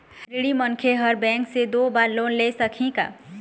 ऋणी मनखे हर बैंक से दो बार लोन ले सकही का?